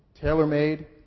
Tailor-made